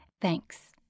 Thanks